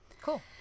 cool